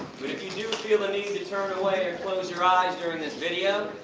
but if you do feel the need to turn away or close your eyes during this video,